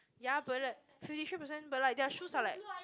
ya but like fifty three percent but like their shoes are like